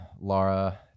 Laura